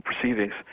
proceedings